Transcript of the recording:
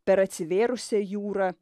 per atsivėrusią jūrą